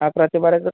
अकरा ते बारा